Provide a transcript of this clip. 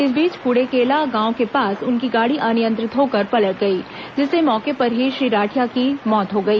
इस बीच कुड़ेकेला गांव के पास उनकी गाड़ी अनियंत्रित होकर पलट गई जिससे मौके पर ही श्री राठिया की मौत हो गई